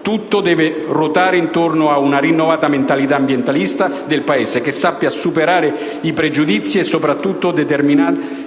Tutto deve ruotare intorno ad una rinnovata mentalità ambientalista del Paese, che sappia superare i pregiudizi e soprattutto determinate